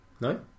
No